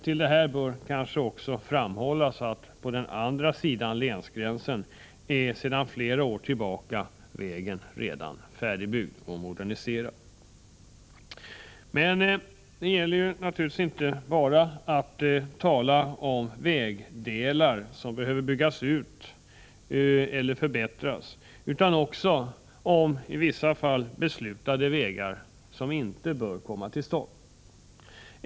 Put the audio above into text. Till detta bör kanske framhållas att på andra sidan länsgränsen är vägen sedan flera år tillbaka färdigbyggd och moderniserad. Men det gäller naturligtvis att inte bara tala om vägdelar som behöver byggas eller förbättras utan också att tala om vissa beslutade vägar som inte bör komma till stånd.